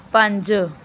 ਪੰਜ